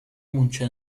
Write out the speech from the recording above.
mucho